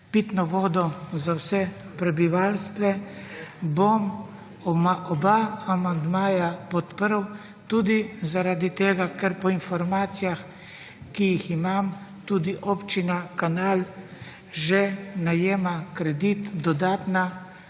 pitno vodo za vse prebivalstvo, bom oba amandmaja podprl tudi zaradi tega, ker po informacijah, ki jih imam, tudi Občina Kanal že najema kredit, dodatna